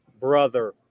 brother